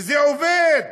וזה עובד.